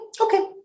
okay